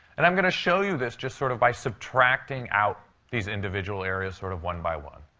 and i'm going to show you this just sort of by subtracting out these individuals areas sort of one by one.